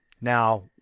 Now